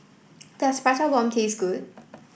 does Prata Bomb taste good